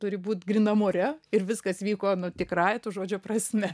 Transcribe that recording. turi būt grynam ore ir viskas vyko nu tikrąja to žodžio prasme